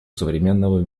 современного